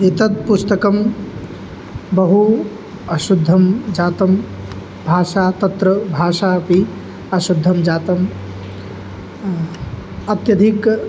एतत् पुस्तकं बहु अशुद्धं जातं भाषा तत्र भाषा अपि अशुद्धाजाता अत्यधिक